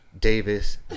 Davis